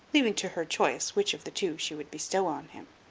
leaving to her choice which of the two she would bestow on him.